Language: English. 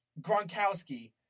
Gronkowski